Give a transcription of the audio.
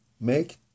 Make